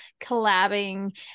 collabing